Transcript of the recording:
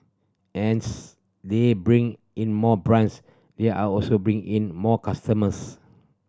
as they bring in more brands they are also bringing in more customers